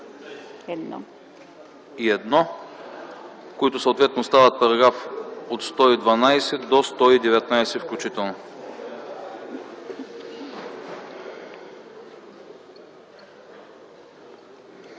до 101, които съответно стават параграфи от 112 до 119, включително.